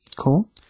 Cool